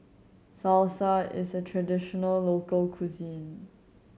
salsa is a traditional local cuisine